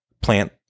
plant